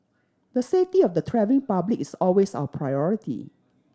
the safety of the travelling public is always our priority